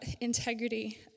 integrity